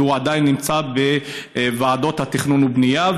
והוא עדיין נמצא בוועדות התכנון והבנייה,